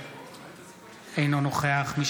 אינו נוכח אוריאל בוסו,